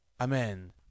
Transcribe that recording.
Amen